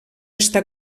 està